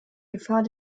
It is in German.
gefahr